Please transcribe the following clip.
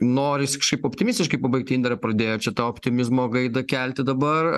norisi kažkaip optimistiškai pabaigti indrė pradėjo čia tą optimizmo gaidą kelti dabar